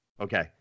Okay